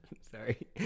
Sorry